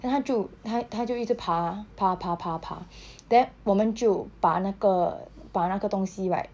then 它就它它就一直爬爬爬爬爬 then 我们就把那个把那个东西 right